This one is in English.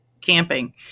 camping